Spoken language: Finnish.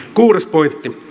kuudes pointti